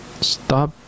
Stop